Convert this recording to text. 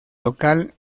local